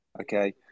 Okay